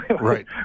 Right